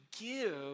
give